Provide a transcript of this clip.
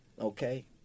Okay